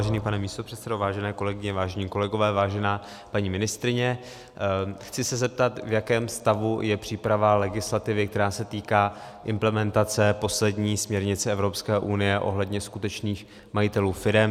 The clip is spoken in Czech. Vážený pane místopředsedo, vážené kolegyně, vážení kolegové, vážená paní ministryně, chci se zeptat, v jakém stavu je příprava legislativy, která se týká implementace poslední směrnice Evropské unie ohledně skutečných majitelů firem.